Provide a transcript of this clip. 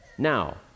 Now